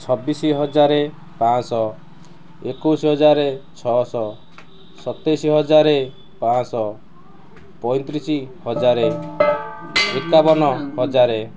ଛବିଶି ହଜାର ପାଞ୍ଚଶହ ଏକୋଇଶି ହଜାର ଛଅଶହ ସତେଇଶି ହଜାର ପାଞ୍ଚଶହ ପଇଁତିରିଶ ହଜାର ଏକାବନ ହଜାର